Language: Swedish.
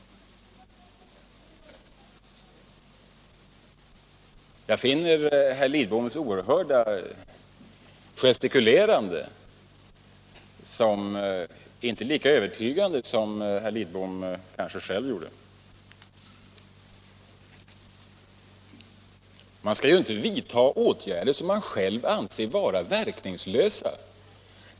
Jag finner inte herr Lidboms oerhörda gestikulerande lika övertygande som herr Lidbom kanske själv tror att det är. Man skall ju inte vidta åtgärder som man själv anser vara verkningslösa.